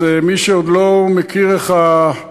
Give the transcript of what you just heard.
אז מי שעוד לא מכיר איך הוועדה,